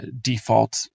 default